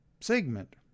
segment